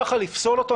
כך לפסול אותו?